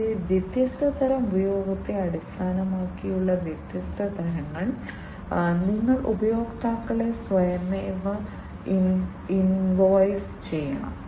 കൂടാതെ വ്യത്യസ്ത തരം ഉപയോഗത്തെ അടിസ്ഥാനമാക്കിയുള്ള വ്യത്യസ്ത തരങ്ങൾ നിങ്ങൾ ഉപഭോക്താക്കളെ സ്വയമേവ ഇൻവോയ്സ് ചെയ്യണം